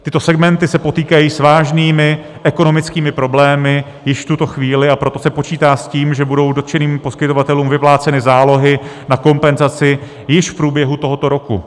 Tyto segmenty se potýkají s vážnými ekonomickými problémy již v tuto chvíli, a proto se počítá s tím, že budou dotčeným poskytovatelům vypláceny zálohy na kompenzaci již v průběhu tohoto roku.